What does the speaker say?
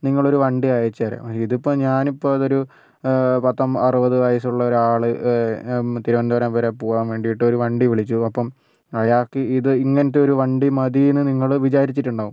നിങ്ങളൊരു വണ്ടി അയച്ചു തരാം ഇതിപ്പോൾ ഞാനിപ്പോൾ അതൊരു പത്ത് അമ്പ അറുപത് വയസ്സുള്ള ഒരാൾ തിരുവനന്തപുരം വരെ പോകാൻ വേണ്ടിയിട്ട് ഒരു വണ്ടി വിളിച്ചു അപ്പം അയാൾക്ക് ഇത് ഇങ്ങനത്തൊരു വണ്ടി മതതിയെന്ന് നിങ്ങൾ വിചാരിച്ചിട്ടുണ്ടാകും